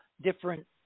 different